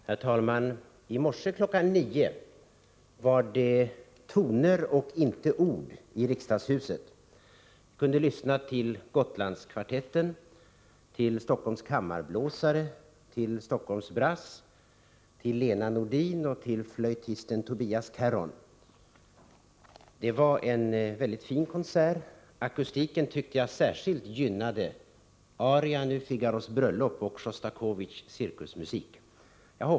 Herr talman! I morse kl. 9 var det toner och inte ord i riksdaghuset. Vi kunde lyssna till Gotlandskvartetten, till Stockholms Kammarblåsare, Stockholms Brass, Lena Nordin och flöjtisten Tobias Carron. Det var en väldigt fin konsert. Akustiken tyckte jag särskilt gynnade arian ur Figaros bröllop och Sjostakovitjs cirkusmusik.